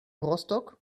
rostock